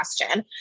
question